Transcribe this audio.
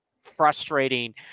frustrating